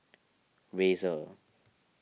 Razer